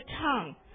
tongue